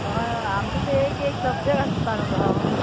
हय हय आमचो तें एक एक सब्जॅक्ट आसता न्हू तोहो